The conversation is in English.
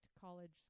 college